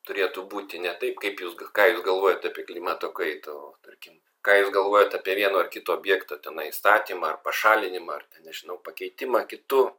turėtų būti ne taip kaip jūs ką jūs galvojat apie klimato kaitą o tarkim ką jūs galvojat apie vieno ar kito objekto tenai statymą ar pašalinimą ar ten nežinau pakeitimą kitu